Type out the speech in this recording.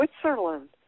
Switzerland